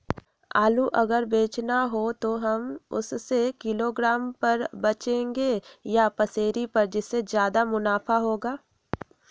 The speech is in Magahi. आलू अगर बेचना हो तो हम उससे किलोग्राम पर बचेंगे या पसेरी पर जिससे ज्यादा मुनाफा होगा?